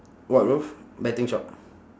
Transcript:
what roof betting shop